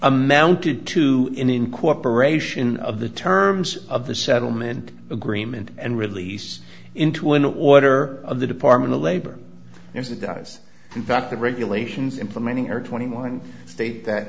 amounted to incorporation of the terms of the settlement agreement and release into an order of the department of labor has it does in fact the regulations implementing air twenty one state that